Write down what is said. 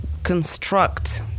construct